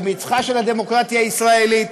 על מצחה של הדמוקרטיה הישראלית,